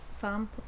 farm